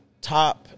top